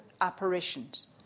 apparitions